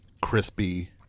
crispy